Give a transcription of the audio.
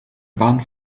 bahn